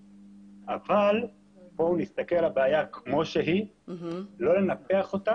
אבל בואו נסתכל על הבעיה כמו שהיא, לא ננפח אותה,